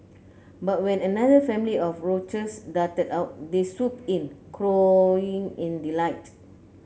but when another family of roaches darted out they swooped in cawing in delight